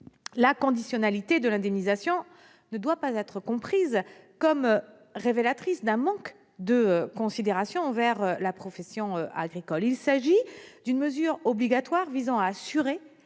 La conditionnalité de l'indemnisation ne doit pas être comprise comme révélatrice d'un manque de considération envers la profession agricole. Il s'agit d'une mesure obligatoire visant à assurer